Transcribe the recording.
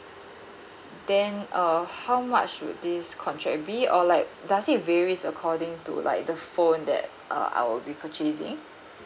then uh how much would this contract be or like does it varies according to like the phone that uh I'll be purchasing